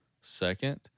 Second